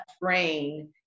brain